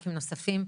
וח"כים נוספים,